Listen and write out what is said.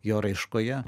jo raiškoje